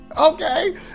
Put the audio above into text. Okay